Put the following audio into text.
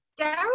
Daryl